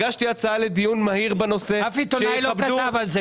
הגשתי הצעה לדיון מהיר בנושא --- אף עיתונאי לא כתב על זה.